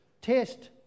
test